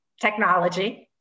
technology